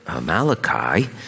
Malachi